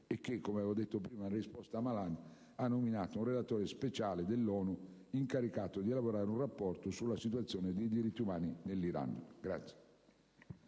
che, come ho detto prima in risposta al senatore Malan, ha nominato un relatore speciale dell'ONU incaricato di elaborare un rapporto sulla situazione dei diritti umani in Iran.